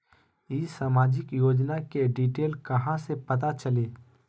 ई सामाजिक योजना के डिटेल कहा से पता चली?